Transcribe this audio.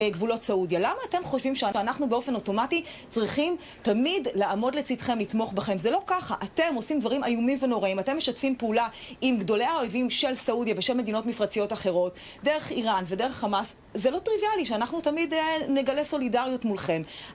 למה אתם חושבים שאנחנו באופן אוטומטי צריכים תמיד לעמוד לצדכם, לתמוך בכם? זה לא ככה. אתם עושים דברים איומים ונוראים. אתם משתפים פעולה עם גדולי האויבים של סעודיה ושל מדינות מפרציות אחרות, דרך איראן ודרך חמאס. זה לא טריוויאלי שאנחנו תמיד נגלה סולידריות מולכם.